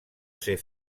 ser